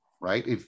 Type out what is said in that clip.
Right